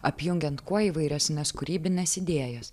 apjungiant kuo įvairesnes kūrybines idėjas